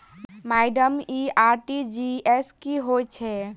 Madam इ RTGS की होइ छैय?